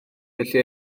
felly